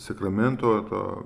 sakramento to